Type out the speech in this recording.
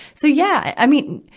so, yeah. i mean,